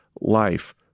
life